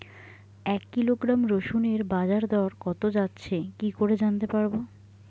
এক কিলোগ্রাম রসুনের বাজার দর কত যাচ্ছে কি করে জানতে পারবো?